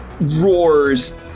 roars